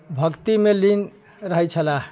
भक्ति मे लीन रहै छलाह